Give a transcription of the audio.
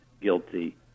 guilty